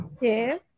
Yes